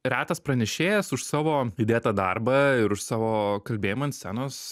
retas pranešėjas už savo įdėtą darbą ir už savo kalbėjimą ant scenos